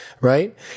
right